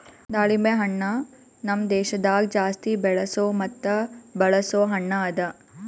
ದಾಳಿಂಬೆ ಹಣ್ಣ ನಮ್ ದೇಶದಾಗ್ ಜಾಸ್ತಿ ಬೆಳೆಸೋ ಮತ್ತ ಬಳಸೋ ಹಣ್ಣ ಅದಾ